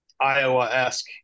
iowa-esque